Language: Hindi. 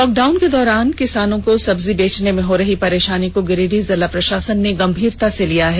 लॉकडाउन के दौरान किसानों को सब्जी बेचने में हो रही परेषानी को गिरिडीह जिला प्रषासन ने गंभीरता से लिया है